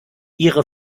ihre